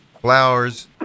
flowers